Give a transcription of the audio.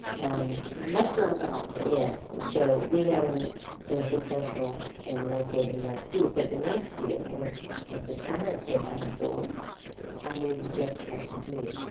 and the metro-nomes. yes, so we haven't been successful in locating that group. but the next year when justice breyer came on board i knew just what to do.